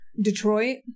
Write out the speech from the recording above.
Detroit